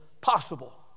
possible